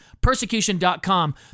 Persecution.com